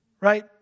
Right